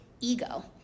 ego